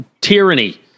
Tyranny